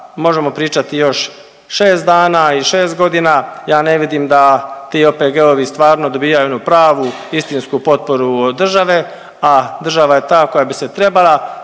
možemo pričati još 6 dana i 6.g., ja ne vidim da ti OPG-ovi stvarno dobijaju onu pravu istinsku potporu od države, a država je ta koja bi se trebala